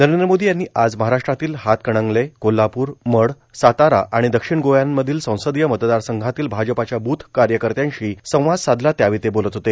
नरेंद्र मोदी यांनी आज महाराष्ट्रातील हातकणंगले कोल्हापूर मढ सातारा आणि दक्षिण गोव्यामधील संसदीय मतदारसंघातील भाजपाच्या ब्रथ कार्यकर्त्यांशी संवाद साधला त्यावेळी ते बोलत होते